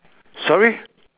sorry